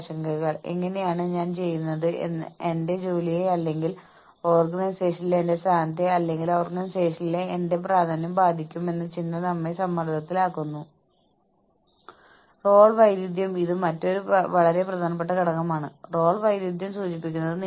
പങ്കാളിത്ത മാനേജ്മെന്റിലൂടെയും സഹകരണത്തിലൂടെയും പെരുമാറ്റത്തിൽ മാറ്റം വരുത്തുന്നതിന് ഇത് പ്രോത്സാഹിപ്പിക്കപ്പെടുന്നു